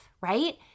right